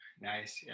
Nice